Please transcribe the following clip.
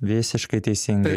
visiškai teisingai